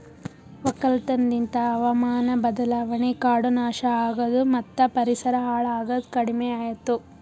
ಒಕ್ಕಲತನ ಲಿಂತ್ ಹಾವಾಮಾನ ಬದಲಾವಣೆ, ಕಾಡು ನಾಶ ಆಗದು ಮತ್ತ ಪರಿಸರ ಹಾಳ್ ಆಗದ್ ಕಡಿಮಿಯಾತು